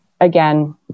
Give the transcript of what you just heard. again